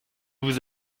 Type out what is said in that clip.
vous